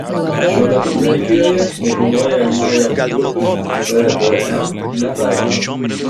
šiuo metu graikijoje nekilnojamajam turtui pvm netaikomas